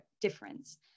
difference